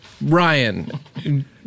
Ryan